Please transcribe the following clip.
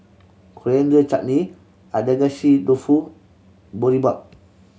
Coriander Chutney Agedashi Dofu Boribap